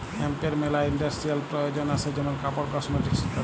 হেম্পের মেলা ইন্ডাস্ট্রিয়াল প্রয়জন আসে যেমন কাপড়, কসমেটিকস ইত্যাদি